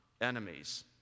enemies